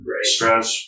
stretch